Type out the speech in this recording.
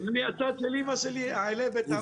מהצד של אימא שלי "אעלה בתמר".